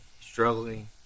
struggling